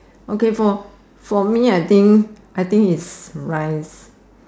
okay for for me I think I think is rice